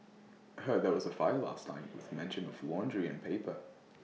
heard there was A fire last night with mention of laundry and paper